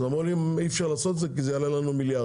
אז אמרו שאי-אפשר לעשות את זה כי זה יעלה לנו מיליארדים.